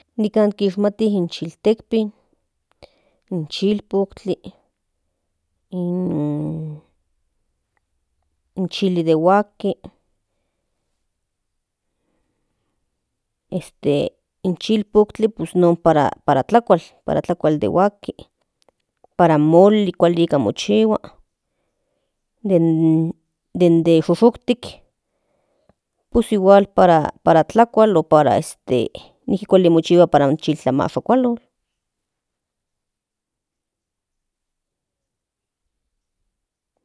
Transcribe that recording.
Nikan kishmati in chiltekpin in chilpotl in chili de huaskli este in chilpotli pues non para tlakual de huaskli para in moli kuali nijki chihua den shushuktik pues para tlakual nijki kuali mochihus para in chiltlamashkualotl.